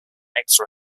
extra